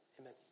amen